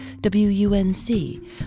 WUNC